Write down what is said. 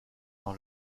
dans